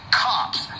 cops